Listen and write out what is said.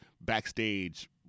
backstage